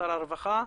שר הרווחה,